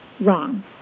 wrong